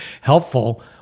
helpful